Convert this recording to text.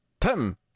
tim